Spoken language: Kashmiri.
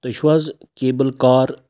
تُہۍ چھِو حظ کیبٕل کار